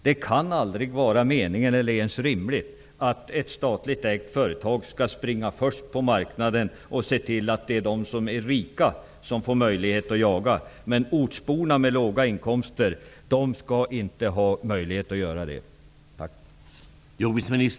Det kan aldrig vara meningen, eller ens rimligt, att ett statligt ägt företag skall springa först på marknaden och se till att de som är rika får möjlighet att jaga, medan ortsbor med låga inkomster inte får det.